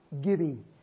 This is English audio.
giving